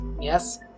Yes